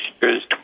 year's